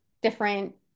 different